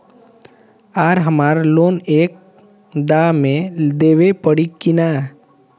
आर हमारा लोन एक दा मे देवे परी किना?